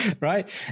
Right